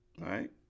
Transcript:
right